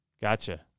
Gotcha